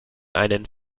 einen